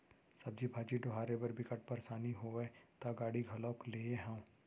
सब्जी भाजी डोहारे बर बिकट परसानी होवय त गाड़ी घलोक लेए हव